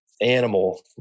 animal